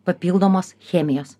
papildomos chemijos